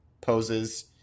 poses